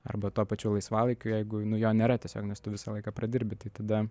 arba tuo pačiu laisvalaikiu jeigu nu jo nėra tiesiog nes tu visą laiką pradirbi tai tada